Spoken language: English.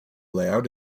layout